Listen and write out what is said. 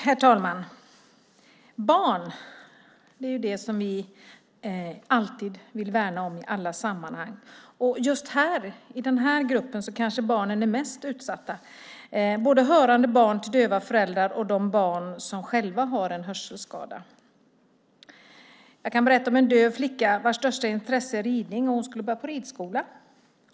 Herr talman! Barnen vill vi alltid värna om i alla sammanhang. I just den här gruppen är det kanske barnen som är mest utsatta. Det gäller både hörande barn till döva föräldrar och de barn som själva har en hörselskada. Jag kan berätta om en döv flicka vars största intresse är ridning. Hon skulle börja på ridskola.